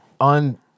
On